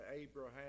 Abraham